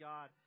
God